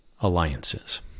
alliances